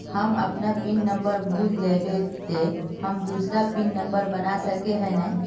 हम अपन pin number भूल जयबे ते हम दूसरा पिन नंबर बना सके है नय?